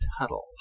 Tuttle